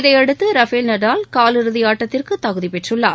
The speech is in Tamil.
இதையடுத்து ரஃபேல் நடால் காலிறுதி ஆட்டத்திற்கு தகுதி பெற்றுள்ளார்